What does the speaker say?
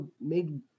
made